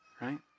Right